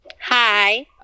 Hi